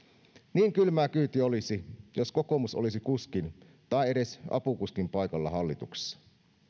niin kylmää kyyti olisi jos kokoomus olisi kuskin tai edes apukuskin paikalla hallituksessa